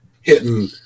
hitting